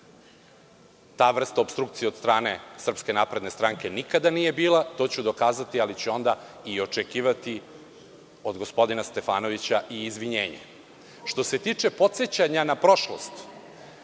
ta vrsta opstrukcije od strane SNS nikada nije bila. To ću dokazati, ali ću onda i očekivati od gospodina Stefanovića i izvinjenje. Što se tiče podsećanja na prošlost,